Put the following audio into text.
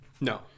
No